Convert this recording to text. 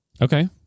Okay